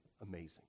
amazing